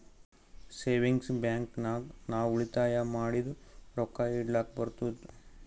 savings bank ನಾಗ್ ನಾವ್ ಉಳಿತಾಯ ಮಾಡಿದು ರೊಕ್ಕಾ ಇಡ್ಲಕ್ ಬರ್ತುದ್